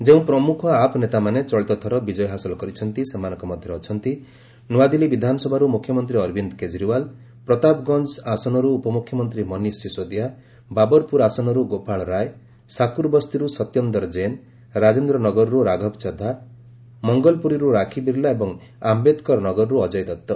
ଯେଉଁ ପ୍ରମୁଖ ଆପ୍ ନେତାମାନେ ଚଳିତଥର ବିଜୟ ହାସଲ କରିଛନ୍ତି ସେମାନଙ୍କ ମଧ୍ୟରେ ଅଛନ୍ତି ନୂଆଦିଲ୍ଲୀ ବିଧାନସଭାରୁ ମୁଖ୍ୟମନ୍ତ୍ରୀ ଅରବିନ୍ଦ କେଜରିୱାଲ ପ୍ରତାପଗଞ୍ଜ ଆସନରୁ ଉପମୁଖ୍ୟମନ୍ତ୍ରୀ ମନୀଷ ସିଶୋଦିଆ ବାବରପୁର ଆସନରୁ ଗୋପାଳ ରାୟ ସାକୁରବସ୍ତିରୁ ସତ୍ୟନ୍ଦର କ୍ଜୈନ ରାଜେନ୍ଦ୍ରନଗରରୁ ରାଘବ ଚଦ୍ଧା ମଙ୍ଗଲପୁରୀରୁ ରାକ୍ଷୀ ବିର୍ଲା ଏବଂ ଆମ୍ଘେଦକର ନଗରରୁ ଅଜ୍ଞୟ ଦତ୍ତ